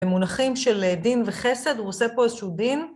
הם מונחים של דין וחסד, הוא עושה פה איזשהו דין.